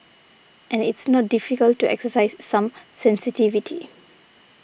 and it's not difficult to exercise some sensitivity